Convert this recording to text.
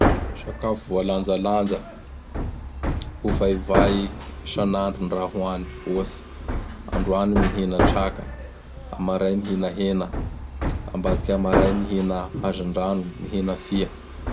Sakafo voalanjalanja, ovaovay san'andro gny raha ho hany ohatsy: androany mihina traka, amaray mihina hena, ambadiky amaray mihina hazandrano, mihina fia.